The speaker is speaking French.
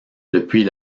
depuis